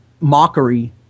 mockery